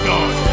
God